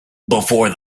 before